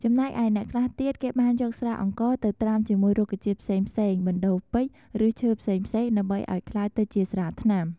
ចំណែកឯអ្នកខ្លះទៀតគេបានយកស្រាអង្ករទៅត្រាំជាមួយរុក្ខជាតិផ្សេងៗបណ្ដូរពេជ្រ ឫស្សឈើផ្សេងៗដើម្បីឲ្យក្លាយទៅជាស្រាថ្នាំ។